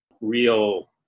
real